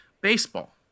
baseball